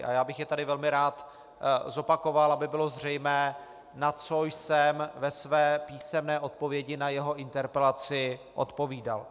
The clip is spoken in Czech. A já bych je tady velmi rád zopakoval, aby bylo zřejmé, na co jsem ve své písemné odpovědi na jeho interpelaci odpovídal.